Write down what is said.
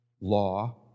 Law